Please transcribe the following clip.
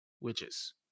witches